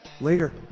Later